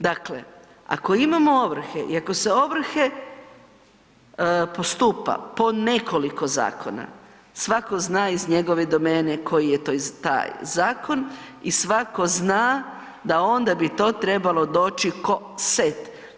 Dakle, ako imamo ovrhe i ako se ovrhe postupa po nekoliko zakona, svako zna iz njegove domene koji je taj zakon i svako zna da onda bi to trebalo doći ko set.